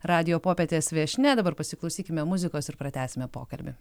radijo popietės viešnia dabar pasiklausykime muzikos ir pratęsime pokalbį